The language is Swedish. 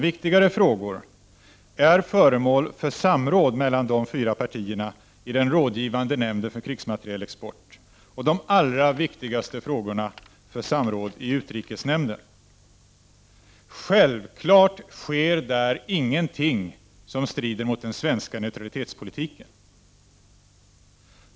Viktigare frågor är föremål för samråd mellan de fyra partierna i den rådgivanden nämnden för krigsmaterielexport och de allra viktigaste frågorna för samråd i utrikesnämnden. Självfallet sker där ingenting som strider mot den svenska neutralitetspolitiken.